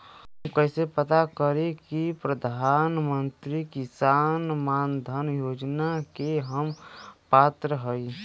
हम कइसे पता करी कि प्रधान मंत्री किसान मानधन योजना के हम पात्र हई?